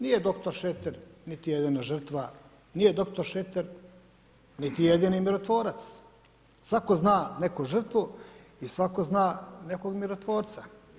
Nije doktor Šreter niti jedina žrtva, nije doktor Šreter niti jedini mirotvorac, svatko zna neku žrtvu i svatko zna nekog mirotvorca.